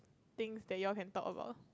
things that you all can talk about